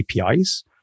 APIs